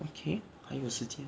okay 还有时间